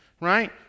right